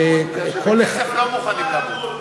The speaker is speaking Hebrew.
בשביל כסף לא מוכנים למות.